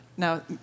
Now